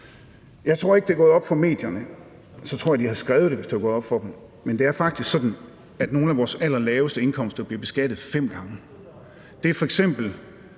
Jeg tror ikke, det er gået op for medierne – jeg tror, de havde skrevet det, hvis det var gået op for dem – men det er faktisk sådan, at nogle af vores allerlaveste indkomster bliver beskattet fem gange. Det gælder